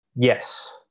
yes